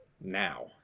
now